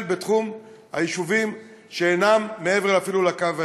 אפילו בתחום היישובים שאינם מעבר לקו הירוק.